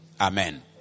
Amen